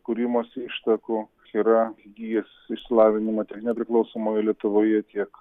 kūrimosi ištakų yra įgijęs išsilavinimą tiek nepriklausomoje lietuvoje tiek